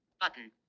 button